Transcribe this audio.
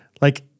Like-